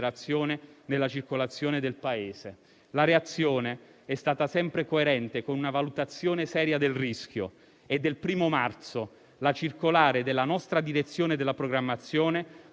nella circolazione del Paese. La reazione è stata sempre coerente con una valutazione seria del rischio. È del 1° marzo la circolare della nostra Direzione generale della programmazione